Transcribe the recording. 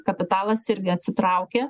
kapitalas irgi atsitraukia